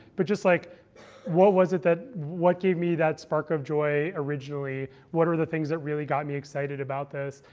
but just, like what was it that gave me that spark of joy originally? what are the things that really got me excited about this?